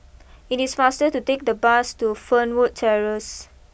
it is faster to take the bus to Fernwood Terrace